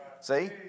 See